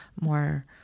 more